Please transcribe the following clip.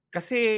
Kasi